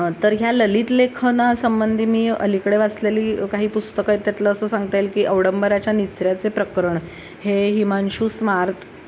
तर ह्या ललितलेखनासंबंधी मी अलीकडे वाचलेली काही पुस्तकं आहेत त्यातलं असं सांगता येईल की अवडंबराच्या निचऱ्याचे प्रकरण हे हिमांशू स्मार्त